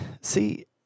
See